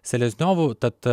selezniovu tad